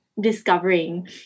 discovering